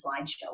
slideshow